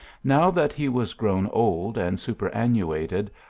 now that he was grown old and super annuated,